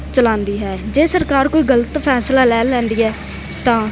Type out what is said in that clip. ਚਲਾਉਂਦੀ ਹੈ ਜੇ ਸਰਕਾਰ ਕੋਈ ਗਲਤ ਫੈਸਲਾ ਲੈ ਲੈਂਦੀ ਹੈ ਤਾਂ